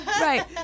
Right